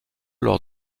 lors